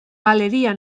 galeria